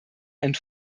and